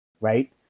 right